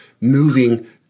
moving